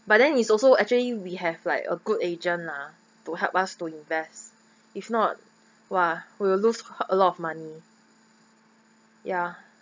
but then is also actually we have like a good agent lah to help us to invest if not !wah! we will lose a lot of money ya